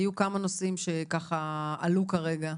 היו כמה נושאים שעלו כרגע.